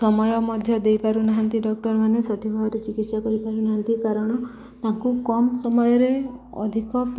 ସମୟ ମଧ୍ୟ ଦେଇ ପାରୁନାହାନ୍ତି ଡକ୍ଟର ମାନେ ସଠିକ୍ ଭାବରେ ଚିକିତ୍ସା କରିପାରୁନାହାନ୍ତି କାରଣ ତାଙ୍କୁ କମ୍ ସମୟରେ ଅଧିକ